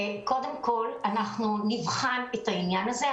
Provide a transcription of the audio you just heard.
אנחנו נבחן את העניין הזה.